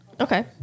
Okay